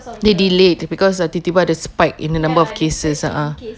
they delayed because err tiba-tiba ada the spike in the number of cases ah